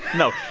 no.